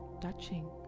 touching